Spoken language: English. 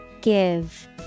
Give